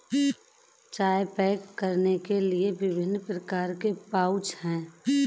चाय पैक करने के लिए विभिन्न प्रकार के पाउच हैं